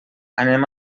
anem